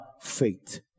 faith